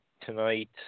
tonight